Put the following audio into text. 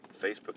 Facebook